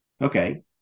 Okay